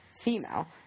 female